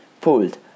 pulled